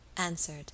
answered